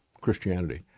Christianity